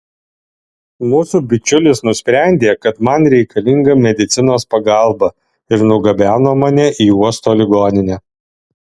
mūsų bičiulis nusprendė kad man reikalinga medicinos pagalba ir nugabeno mane į uosto ligoninę